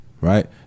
Right